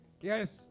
yes